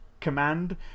command